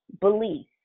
belief